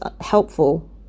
helpful